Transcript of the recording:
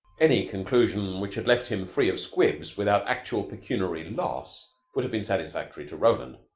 any conclusion which had left him free of squibs without actual pecuniary loss would have been satisfactory to roland.